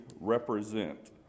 represent